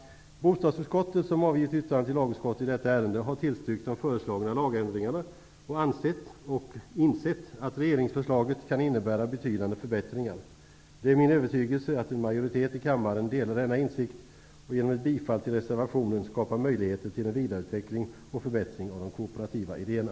Bostadsutskottet som i detta ärende har avgivit yttrande till lagutskottet har tillstyrkt de föreslagna lagändringarna och ansett och insett att regeringsförslaget kan innebära betydande förbättringar. Det är min övertygelse att en majoritet i kammaren delar denna insikt och genom ett bifall till reservationen skapar möjligheter till en vidareutveckling och förbättring av de kooperativa idéerna.